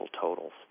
totals